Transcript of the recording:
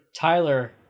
tyler